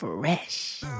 Fresh